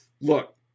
look